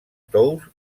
tous